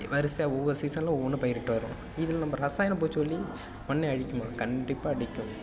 வரிசையாக ஒவ்வொரு சீசன்ல ஒவ்வொன்று பயிரிட்டு வரோம் இதில் ரசாயன பூச்சிக்கொல்லி மண்ணை அழிக்குமா கண்டிப்பாக அழிக்கும்